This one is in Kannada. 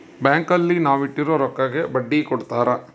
ಬ್ಯಾಂಕ್ ಅಲ್ಲಿ ನಾವ್ ಇಟ್ಟಿರೋ ರೊಕ್ಕಗೆ ಬಡ್ಡಿ ಕೊಡ್ತಾರ